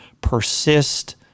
persist